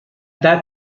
that